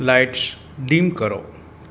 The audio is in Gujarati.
લાઈટ્સ ડીમ કરો